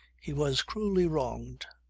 he was cruelly wronged.